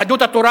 יהדות התורה,